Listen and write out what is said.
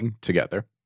together